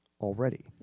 already